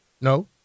No